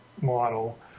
model